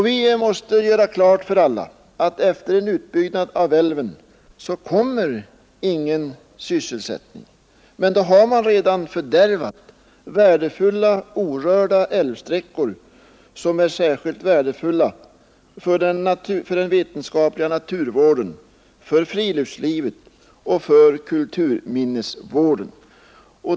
Vi måste göra klart för alla att efter en utbyggnad av älven kommer ingen sysselsättning, men då har man redan fördärvat värdefulla, nu orörda älvsträckor, som är särskilt värdefulla för den vetenskapliga naturvården, för friluftslivet och för kulturminnesvården.